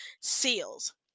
seals